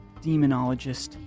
demonologist